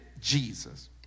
Jesus